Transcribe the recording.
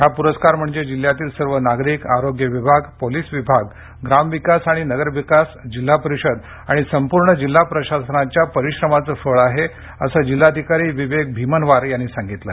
हा पुरस्कार म्हणजे जिल्ह्यातील सर्व नागरिक आरोग्य विभाग पोलीस विभाग ग्रामविकास आणि नगरविकास जिल्हा परिषद आणि संपूर्ण जिल्हा प्रशासनाच्या परिश्रमाचे फळ आहे असं जिल्हाधिकारी विवेक भीमनवार यांनी सांगितलं